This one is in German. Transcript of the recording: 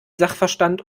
sachverstand